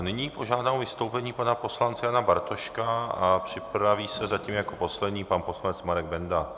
Nyní požádám o vystoupení pana poslance Jana Bartoška a připraví se zatím jako poslední pan poslanec Marek Benda.